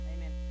Amen